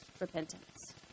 repentance